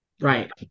Right